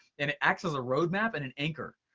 and it acts as a roadmap and an anchor,